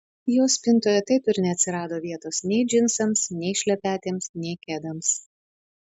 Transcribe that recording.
jos spintoje taip ir neatsirado vietos nei džinsams nei šlepetėms nei kedams